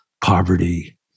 Poverty